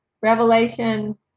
Revelation